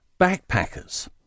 Backpackers